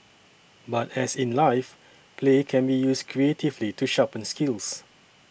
but as in life play can be used creatively to sharpen skills